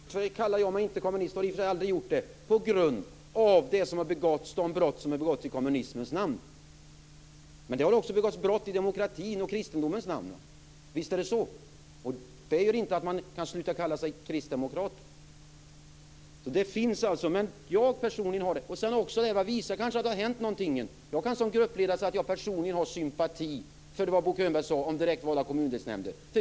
Fru talman! Jag kallar mig i och för sig inte kommunist, och har aldrig gjort det, på grund av de brott som har begåtts i kommunismens namn. Men det har också begåtts brott i demokratins och i kristendomens namn. Visst är det så. Det gör inte att man kan sluta kalla sig kristdemokrat. Jag kan som gruppledare säga att jag personligen har sympati för det Bo Könberg sade om direktvalda kommundelsnämnder.